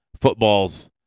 footballs